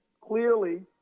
clearly